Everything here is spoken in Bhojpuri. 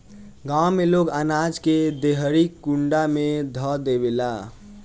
गांव में लोग अनाज के देहरी कुंडा में ध देवेला